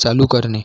चालू करणे